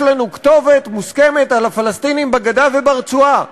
יש לנו כתובת מוסכמת על הפלסטינים בגדה וברצועה,